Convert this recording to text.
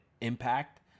impact